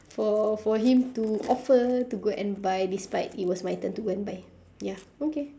for for him to offer to go and buy despite it was my turn to go and buy ya okay